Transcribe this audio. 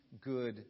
good